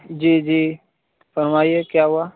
جی جی فرمائیے کیا ہوا